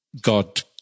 God